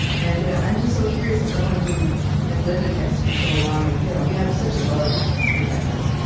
and i'm just so curious, as someone who has lived in texas for so long, and yeah you have such love for texas,